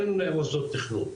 אין מוסדות תכנון,